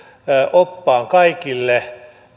oppaan kaikille